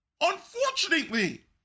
Unfortunately